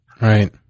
Right